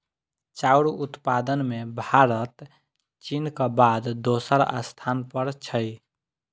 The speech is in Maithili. चाउर उत्पादन मे भारत चीनक बाद दोसर स्थान पर छै